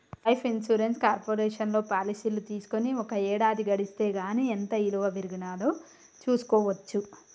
life insurance కార్పొరేషన్లో పాలసీలు తీసుకొని ఒక ఏడాది గడిస్తే గానీ ఎంత ఇలువ పెరిగినాదో చూస్కోవచ్చు